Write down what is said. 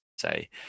say